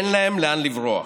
אין להם לאן לברוח.